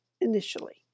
initially